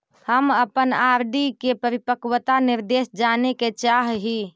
हम अपन आर.डी के परिपक्वता निर्देश जाने के चाह ही